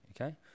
okay